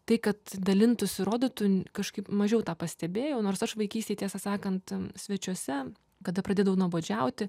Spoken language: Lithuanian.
tai kad dalintųsi rodytų kažkaip mažiau tą pastebėjau nors aš vaikystėj tiesą sakant svečiuose kada pradėdavau nuobodžiauti